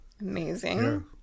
Amazing